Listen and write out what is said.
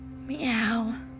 Meow